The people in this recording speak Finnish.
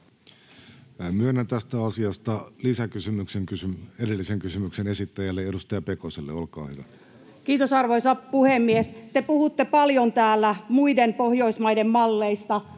Myönnän tästä asiasta lisäkysymyksen varsinaisen kysymyksen esittäjälle, edustaja Pekoselle. — Olkaa hyvä. Kiitos, arvoisa puhemies! Te puhutte täällä paljon muiden Pohjoismaiden malleista,